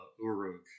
Uruk